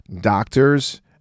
doctors